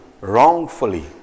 wrongfully